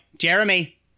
Jeremy